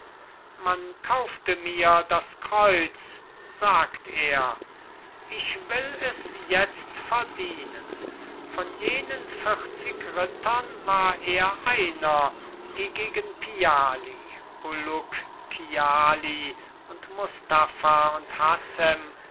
man kaufte mir das kreuz sagt er ich will es jetzt verdienen von jenen vierzig rittern war er einer die gegen piali ulucciali und mustafa und hassem